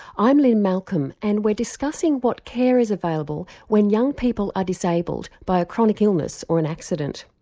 i'm lynne malcolm and we're discussing what care is available when young people are disabled by a chronic illness or an accident.